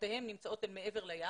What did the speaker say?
שמשפחותיהן נמצאות אל מעבר לים